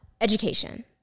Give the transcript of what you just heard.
Education